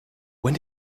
when